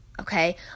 okay